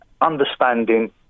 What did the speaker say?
understanding